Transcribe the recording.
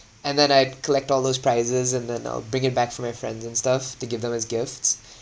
and then I'd collect all those prizes and then I'll bring it back for my friends and stuff to give them as gifts